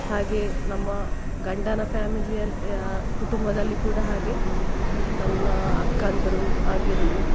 ಹಾಗೆ ನಮ್ಮ ಗಂಡನ ಫ್ಯಾಮಿಲಿಯ ಕುಟುಂಬದಲ್ಲಿ ಕೂಡ ಹಾಗೆ ನನ್ನ ಅಕ್ಕಂದಿರು ಆಗಿರಲಿ